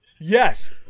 Yes